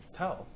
tell